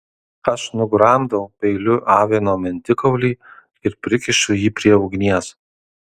aš nugramdau peiliu avino mentikaulį ir prikišu jį prie ugnies